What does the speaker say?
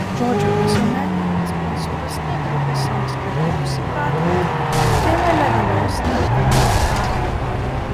žodžiu visuomenininkas pranculis netruko savo skerdikus įpratinti prie nelegalaus naktinio darbo